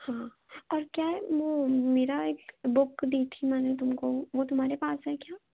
हाँ और क्या है वो मेरा एक बुक दी थी मैंने तुमको वो तुम्हारे पास है क्या